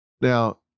Now